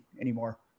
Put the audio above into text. anymore